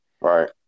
Right